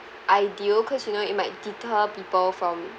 ideal cause you know it might deter people from